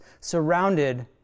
surrounded